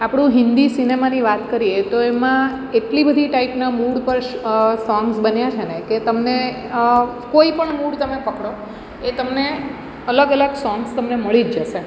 આપણું હિન્દી સિનેમાની વાત કરીએ તો એમાં એટલી બધી ટાઈપનાં મૂડ સોંગ્સ બન્યાં છે ને કે તમને કોઈપણ મૂડ તમે પકડો એ તમને અલગ અલગ સોંગ્સ તમને મળી જ જશે